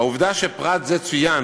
העובדה שפרט זה צוין